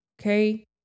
okay